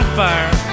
fire